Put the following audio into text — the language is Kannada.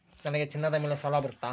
ನನಗೆ ಚಿನ್ನದ ಮೇಲೆ ಸಾಲ ಬರುತ್ತಾ?